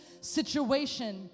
situation